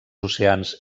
oceans